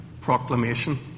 proclamation